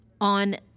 on